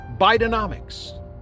Bidenomics